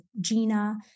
GINA